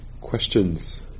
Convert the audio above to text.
Questions